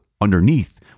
underneath